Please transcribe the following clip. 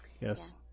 Yes